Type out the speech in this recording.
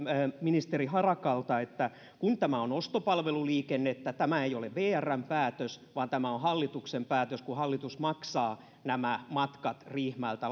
ministeri harakalta kun tämä on ostopalveluliikennettä tämä ei ole vrn päätös vaan tämä on hallituksen päätös se kun hallitus maksaa nämä matkat riihimäeltä